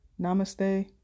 Namaste